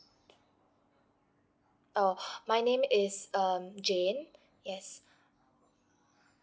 oh my name is um jane yes